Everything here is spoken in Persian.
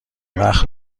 وقت